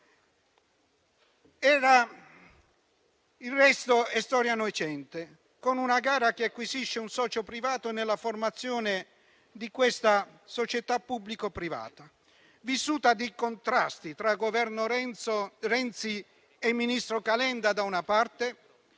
Il resto è storia recente, con una gara che porta all'acquisizione di un socio privato nella formazione di questa società pubblico-privata, vissuta di contrasti tra il Governo Renzi e il ministro Calenda, da una parte,